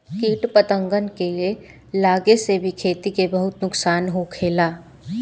किट पतंगन के लागे से भी खेती के बहुत नुक्सान होखेला